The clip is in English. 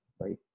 right